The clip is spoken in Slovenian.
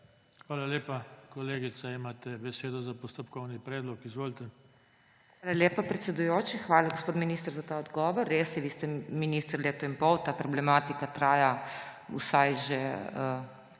Hvala lepa. Kolegica, imate besedo za postopkovni predlog. Izvolite. MAG. MEIRA HOT (PS SD): Hvala lepa, predsedujoči. Hvala, gospod minister, za ta odgovor. Res je, vi ste minister leto in pol, ta problematika traja vsaj že